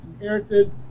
inherited